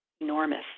enormous